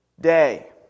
day